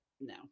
no